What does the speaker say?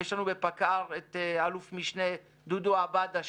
יש לנו בפקע"ר את אלוף משנה דודו עבאדא,